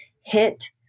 hit